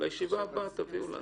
לישיבה הבאה תביאו לנו.